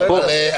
ראש